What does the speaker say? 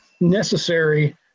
necessary